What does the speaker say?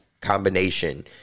combination –